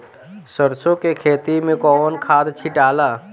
सरसो के खेती मे कौन खाद छिटाला?